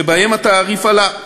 שבהם התעריף עלה,